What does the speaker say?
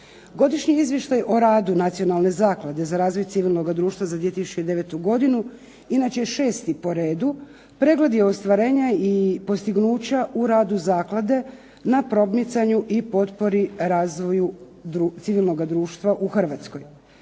Godišnji izvještaj o radu Nacionalne zaklade za razvoj civilnog društva za 2009. godinu inače je 6. po redu pregledi ostvarenja i postignuća u radu zaklade na promicanju i potpori civilnoga društva u Hrvatskoj.